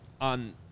on